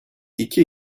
iki